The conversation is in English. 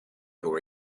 your